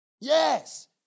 Yes